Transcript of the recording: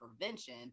prevention